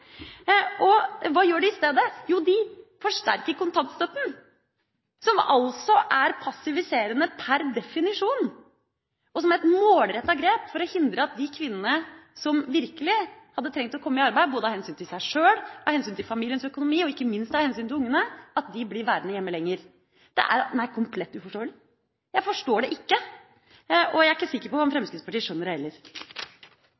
arbeid. Hva gjør de i stedet? Jo, de forsterker kontantstøtten – som altså er passiviserende per definisjon – som et målrettet grep som vil føre til at de kvinnene som virkelig hadde trengt å komme i arbeid, både av hensyn til seg sjøl, av hensyn til familiens økonomi og ikke minst av hensyn til ungene, blir værende hjemme lenger. Det er meg komplett uforståelig. Jeg forstår det ikke, og jeg er ikke sikker på om